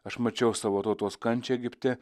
aš mačiau savo tautos kančią egipte